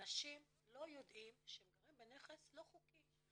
אנשים לא יודעים שהם גרים בנכס לא חוקי.